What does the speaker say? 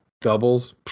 doubles